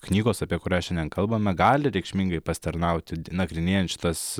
knygos apie kurią šiandien kalbame gali reikšmingai pasitarnauti nagrinėjant šitas